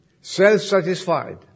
self-satisfied